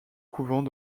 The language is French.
couvent